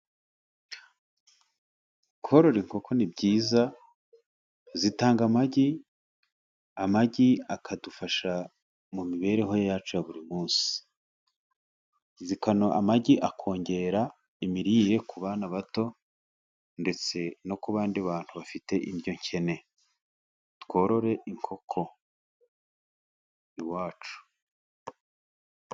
Korora inkoko ni byiza zitanga amagi, amagi akadufasha mu mibereho yacu ya buri munsi. Amagi akongera imirire ku bana bato, ndetse no ku bandi bantu bafite indyo nkene. Tworore inkoko iwacu.